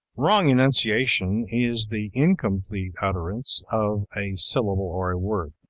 wrong enunciation is the incomplete utterance of a syllable or a word,